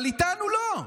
אבל איתנו, לא.